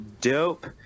dope